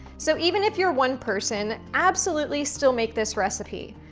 so even if you're one person, absolutely still make this recipe.